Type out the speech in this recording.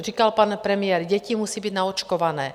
Říkal pan premiér děti musí být naočkované.